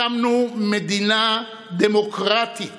הקמנו מדינה דמוקרטית